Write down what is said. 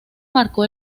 marcó